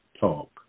talk